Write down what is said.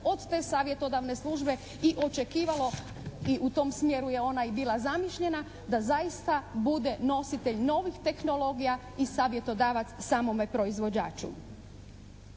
od te savjetodavne službe i očekivalo i u tom smjeru je ona i bila zamišljena, da zaista bude nositelj novih tehnologija i savjetodavac samome proizvođaču.